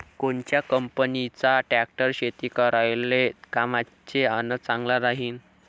कोनच्या कंपनीचा ट्रॅक्टर शेती करायले कामाचे अन चांगला राहीनं?